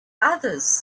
others